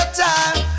time